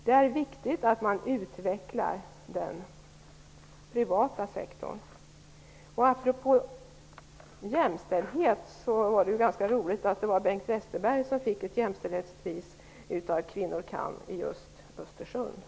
Det är viktigt att man utvecklar den privata sektorn. Apropå jämställdhet var det ganska roligt att det var Bengt Westerberg som fick ett jämställdhetspris av Kvinnor kan i Östersund.